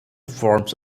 forms